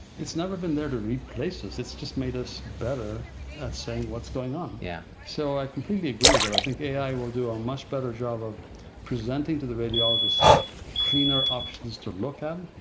it's never been there to replace us. it's just made us better at saying what's going on. yeah. so i completely agree with her. i think ai will do a much better job of presenting to the radiologist cleaner options to look um